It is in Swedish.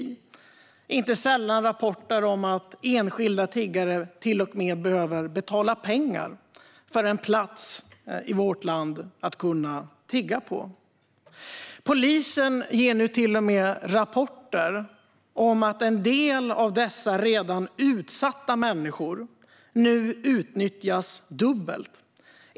Det förekommer inte sällan rapporter om att enskilda tiggare till och med behöver betala pengar för en plats att tigga på i vårt land. Polisen rapporterar till och med att en del av dessa redan utsatta människor nu utnyttjas dubbelt.